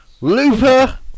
Looper